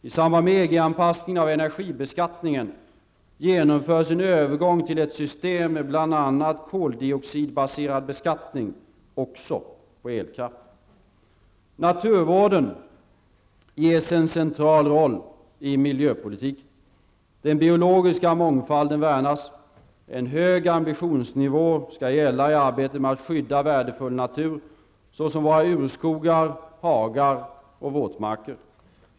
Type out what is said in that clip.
I samband med EG-anpassningen av energibeskattningen genomförs en övergång till ett system med bl.a. koldioxidbaserad beskattning också på elkraft. Naturvården ges en central roll i miljöpolitiken. Den biologiska mångfalden värnas. En hög ambitionsnivå skall gälla i arbetet med att skydda värdefull natur, såsom våra urskogar, hagar och våtmarker.